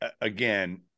again